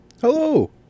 Hello